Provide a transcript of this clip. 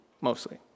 mostly